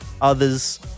others